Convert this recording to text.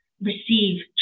receive